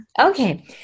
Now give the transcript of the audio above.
Okay